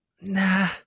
Nah